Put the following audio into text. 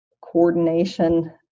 coordination